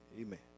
Amen